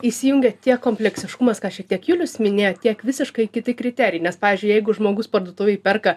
įsijungia tiek kompleksiškumas ką šiek tiek julius minėjo tiek visiškai kiti kriterijai nes pavyzdžiui jeigu žmogus parduotuvėj perka